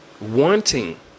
wanting